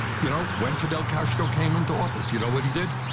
you know? when fidel castro came into office, you know what he did?